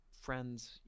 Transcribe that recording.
friends